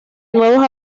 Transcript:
nuevas